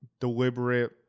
deliberate